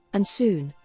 and soon,